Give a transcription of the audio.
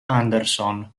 anderson